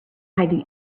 hiding